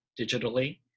digitally